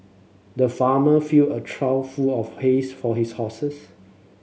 the farmer filled a trough full of hays for his horses